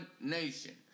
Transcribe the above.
nation